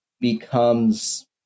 becomes